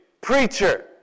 Preacher